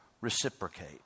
reciprocate